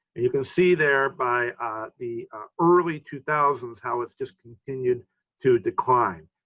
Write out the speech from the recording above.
and you can see there by the early two thousand s, how it's just continued to decline.